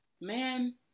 man